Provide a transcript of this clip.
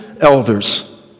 elders